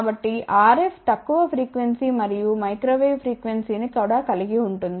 కాబట్టి RF తక్కువ frequency మరియు మైక్రో వేవ్ ఫ్రీక్వెన్సీ కూడా కలిగి ఉంటుంది